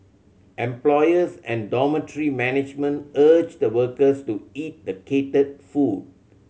employers and dormitory management urge the workers to eat the catered food